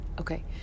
okay